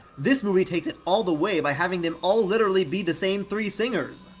this movie takes it all the way by having them all literally be the same three singers!